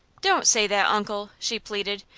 don't say that, uncle, she pleaded.